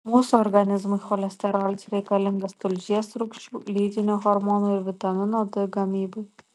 mūsų organizmui cholesterolis reikalingas tulžies rūgščių lytinių hormonų ir vitamino d gamybai